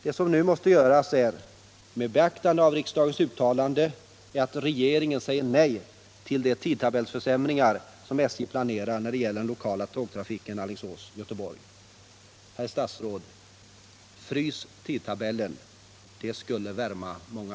Det som nu måste göras är att regeringen — med beaktande av riksdagens uttalande — säger nej till de tidtabellsförsämringar som SJ planerar när det gäller den lokala tågtrafiken Alingsås-Göteborg. Herr statsråd! Frys tidtabellen — det skulle värma många!